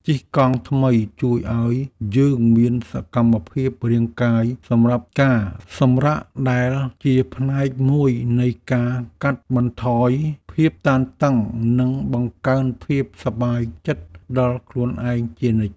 ជិះកង់ថ្មីជួយឱ្យយើងមានសកម្មភាពរាងកាយសម្រាប់ការសម្រាកដែលជាផ្នែកមួយនៃការកាត់បន្ថយភាពតានតឹងនិងបង្កើនភាពសប្បាយចិត្តដល់ខ្លួនឯងជានិច្ច។